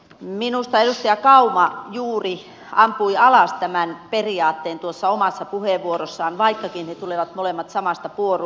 minusta edustaja kauma juuri ampui alas tämän periaatteen tuossa omassa puheenvuorossaan vaikkakin he tulevat molemmat samasta puolueesta